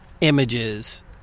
images